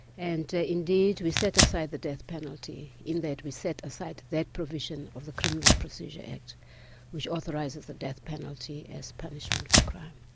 and indeed we set aside the death penalty in that we set aside that provision of the criminal procedure act which authorises the death penalty as punishment for crime.